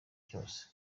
cyose